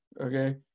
Okay